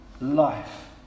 life